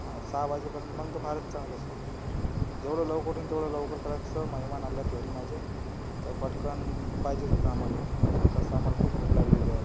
हा सहा वाजेपर्यंत मग तर फारच चांगलं सर जेवढं लवकर होईन तेवढं लवकर करा सर मेहमान आले आले आहेत घरी माझ्या तर पटकन पाहिजेच होतं आम्हाला कसं आम्हाला खूप भूक लागलेली आहे